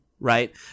Right